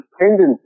tendencies